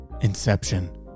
Inception